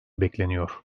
bekleniyor